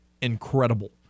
incredible